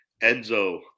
Enzo